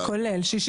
כולל 64. כולל.